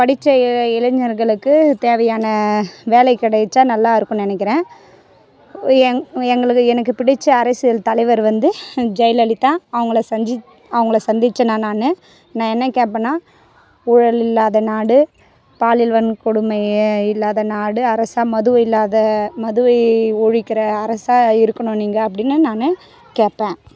படித்த இளைஞர்களுக்கு தேவையான வேலை கிடைச்சா நல்லாயிருக்குன்னு நினைக்கிறேன் எங் எங்களுக்கு எனக்கு பிடித்த அரசியல் தலைவர் வந்து ஜெயலலிதா அவங்கள சந்தி அவங்கள சந்தித்தன்னா நான் நான் என்ன கேட்பேன்னா ஊழல் இல்லாத நாடு பாலியல் வன்கொடுமை இல்லாத நாடு அரசு மது இல்லாத மதுவை ஒழிக்கிற அரசாக இருக்கணும் நீங்கள் அப்படின்னு நான் கேட்பேன்